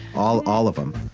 all all of them